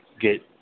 get